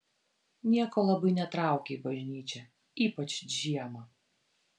nieko labai netraukia į bažnyčią ypač žiemą